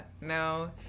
No